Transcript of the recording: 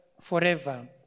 forever